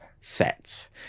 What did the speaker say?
sets